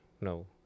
No